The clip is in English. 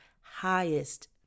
highest